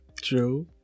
true